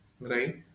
right